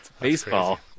baseball